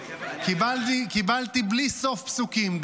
קיבלתי בלי סוף פסוקים,